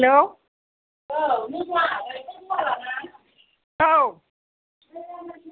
हेल औ नों मा गायखेर गुवाला ना औ